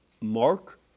Mark